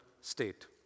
state